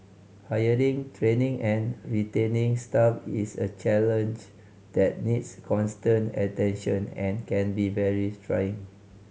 hiring training and retaining staff is a challenge that needs constant attention and can be very trying